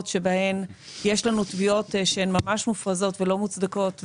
שבהן יש לנו תביעות שהן ממש מופרזות ולא מוצדקות,